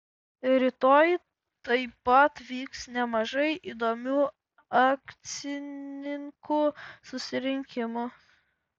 rytoj taip pat vyks nemažai įdomių akcininkų susirinkimų